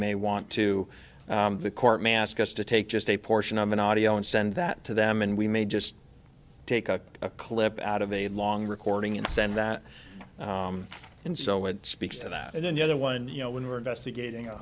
may want to the court may ask us to take just a portion of an audio and send that to them and we may just take a clip out of a long recording and send that in so it speaks to that and then the other one you know when we're investigating a